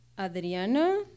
Adriana